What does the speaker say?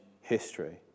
history